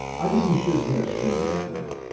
i think you should get a screen grab of that.